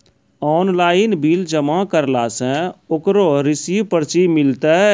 Online bill जमा करला से ओकरौ रिसीव पर्ची मिलतै?